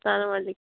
ಸ್ನಾನ ಮಾಡ್ಲಿಕ್ಕೆ